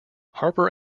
harper